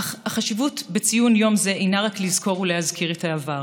אך החשיבות בציון יום זו אינה רק לזכור ולהזכיר את העבר